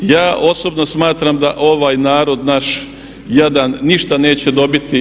Ja osobno smatram da ovaj narod naš jadan ništa neće dobiti.